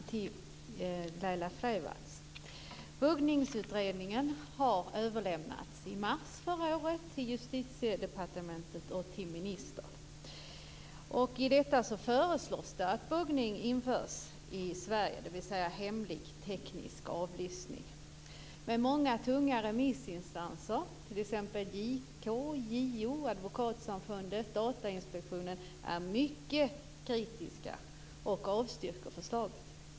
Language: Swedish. Fru talman! Jag har en fråga till Laila Freivalds. Buggningsutredningen har överlämnats i mars förra året till Justitiedepartementet och ministern. I denna föreslås att buggning införs i Sverige, dvs. hemlig teknisk avlyssning. Men många tunga remissinstanser, t.ex. JK, JO, Advokatsamfundet, Datainspektionen, är mycket kritiska och avstyrker förslaget.